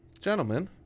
gentlemen